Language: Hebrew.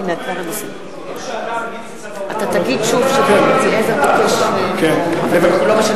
היא לא שאלה מי נמצא באולם אבל הוא הצביע.